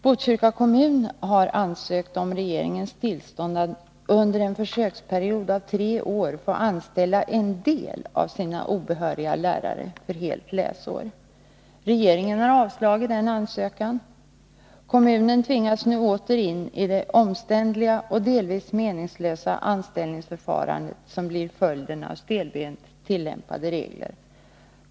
Botkyrka kommun har ansökt om regeringens tillstånd att under en försöksperiod av tre år få anställa en del av sina obehöriga lärare för helt läsår. Regeringen har avslagit denna ansökan. Kommunen tvingas nu åter in i det omständliga och delvis meningslösa anställningsförfarande som blir följden av stelbent tillämpade regler.